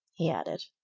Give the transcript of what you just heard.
he added.